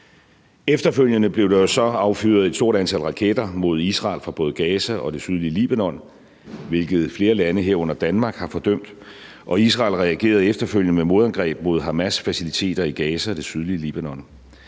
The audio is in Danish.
Efterfølgende blev der jo så affyret et stort antal raketter mod Israel fra både Gaza og det sydlige Libanon, hvilket flere lande, herunder Danmark, har fordømt, og Israel reagerede efterfølgende med modangreb mod Hamas' faciliteter i Gaza og det sydlige Libanon.